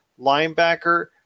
linebacker